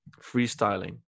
freestyling